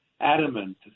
adamant